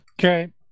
Okay